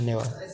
धनन्नवाद